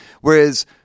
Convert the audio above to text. Whereas